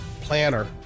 planner